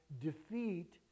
defeat